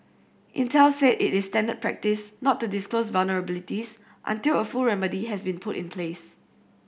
Intel said it is standard practice not to disclose vulnerabilities until a full remedy has been put in place